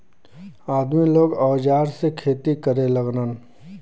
आदमी लोग औजार से खेती करे लगलन